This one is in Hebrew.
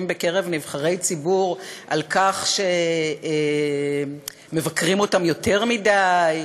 בקרב נבחרי ציבור על כך שמבקרים אותם יותר מדי,